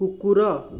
କୁକୁର